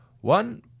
One